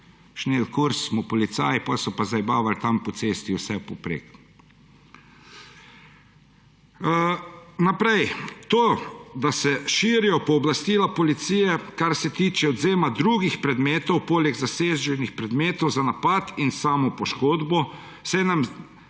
šnelkursa, smo policaji, potem so pa zajebavali tam po cesti vse poprek. Naprej. To, da se širijo pooblastila policije, kar se tiče odvzema drugih predmetov, poleg zaseženih predmetov za napad in samopoškodbo, se nam ne